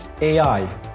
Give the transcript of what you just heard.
AI